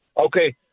Okay